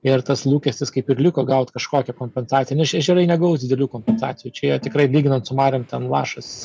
ir tas lūkestis kaip ir liko gaut kažkokią kompensaciją nes čia ežerai negaus didelių kompensacijų čia tikrai lyginant su mariom ten lašas